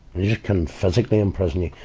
you can physically imprison me,